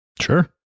Sure